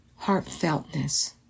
heartfeltness